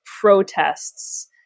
protests